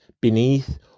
beneath